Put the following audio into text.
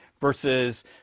Versus